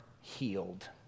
healed